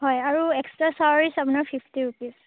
হয় আৰু extra charge আপোনাৰ ফিফটি ৰুপিচ